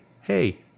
hey